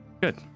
Good